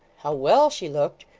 how well she looked?